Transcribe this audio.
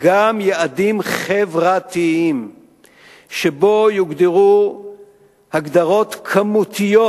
גם יעדים חברתיים שבהם יוגדרו הגדרות כמותיות